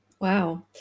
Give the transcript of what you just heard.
Wow